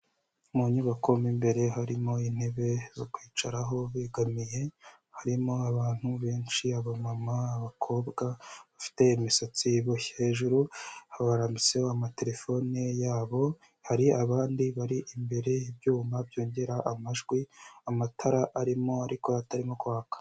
Mu nyubako mo imbere harimo intebe zo kwicaraho begamiye, harimo abantu benshi, abamama, abakobwa bafite imisatsi iboshye, hejuru barambitseho amatelefone yabo, hari abandi bari imbere, ibyuma byongera amajwi, amatara arimo ariko atarimo kwaka.